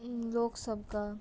लोक सभक